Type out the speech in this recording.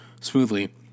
smoothly